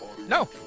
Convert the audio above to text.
No